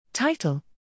Title